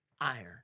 iron